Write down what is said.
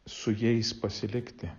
su jais pasilikti